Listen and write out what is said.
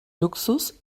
luxus